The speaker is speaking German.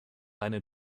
einen